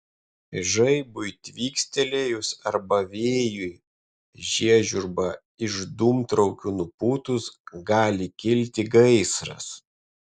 žaibui tvykstelėjus arba vėjui žiežirbą iš dūmtraukių nupūtus gali kilti gaisras